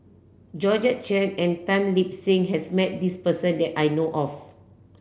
Georgette Chen and Tan Lip Seng has met this person that I know of